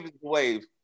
Wave